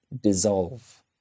dissolve